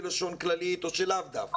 בלשון כללית או שלאו דווקא?